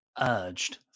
urged